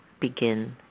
begin